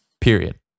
Period